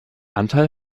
anteil